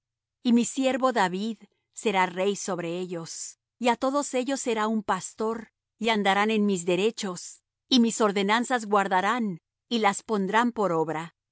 y mi siervo david será rey sobre ellos y á todos ellos será un pastor y andarán en mis derechos y mis ordenanzas guardarán y las pondrán por obra